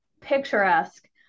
picturesque